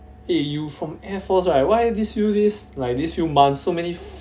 eh you from air force right why this few days like this few months so many